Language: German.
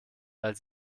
weil